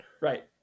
Right